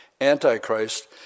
Antichrist